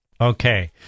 Okay